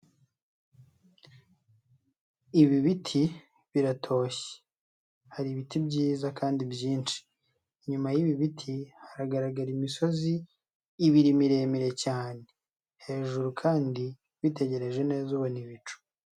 Ibi biti biratoshye hari ibiti byiza kandi byinshi, inyuma y'ibi biti hagaragara imisozi ibiri miremire cyane, hejuru kandi witegereje neza ubona ibicu.